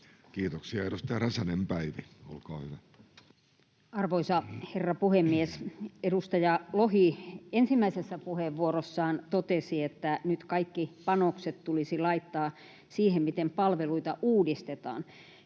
Kiitoksia. — Edustaja Räsänen, Päivi, olkaa hyvä. Arvoisa herra puhemies! Edustaja Lohi ensimmäisessä puheenvuorossaan totesi, että nyt kaikki panokset tulisi laittaa siihen, miten palveluita uudistetaan.